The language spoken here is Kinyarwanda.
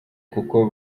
kuko